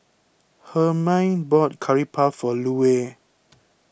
Hermine bought Curry Puff for Lue